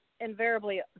invariably